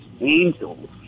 angels